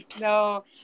no